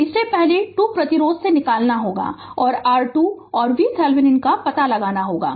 तो इसे पहले 2 प्रतिरोध से निकालना होगा और R2 औरVThevenin का पता लगाना होगा